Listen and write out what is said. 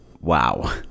wow